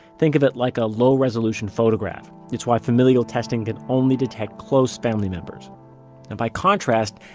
think of it like a low-resolution photograph. it's why familial testing can only detect close family members and by contrast,